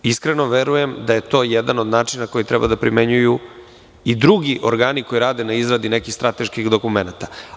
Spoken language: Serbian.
Iskreno, verujem da je to jedan od način koji treba da primenjuju i drugi organi koji rade na izradi nekih strateških dokumenata.